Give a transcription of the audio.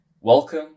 Welcome